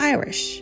Irish